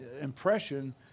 impression